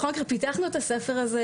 יודעים,